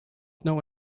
know